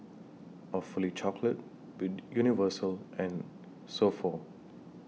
Awfully Chocolate Universal and So Pho